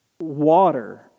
water